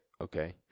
okay